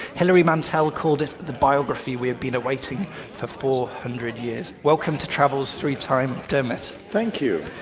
hilary mantel called it the biography we have been awaiting for four hundred years. welcome to travels through time diarmaid. thank you.